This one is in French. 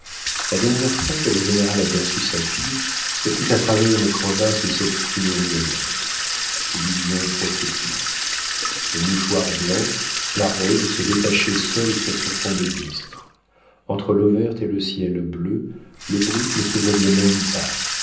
la dernière fois que le général aperçut sa fille ce fut à travers une crevasse de cette fumée ondoyante vision prophétique le mouchoir blanc la robe se détachaient seuls sur ce fond de bistre entre l'eau verte et le ciel bleu le brick ne se voyait même pas